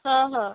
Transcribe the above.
हा हा